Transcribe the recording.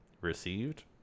received